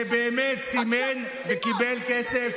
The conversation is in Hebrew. שבאמת סימן וקיבל כסף,